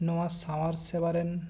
ᱱᱚᱣᱟ ᱥᱟᱶᱟᱨ ᱥᱮᱣᱟ ᱨᱮᱱ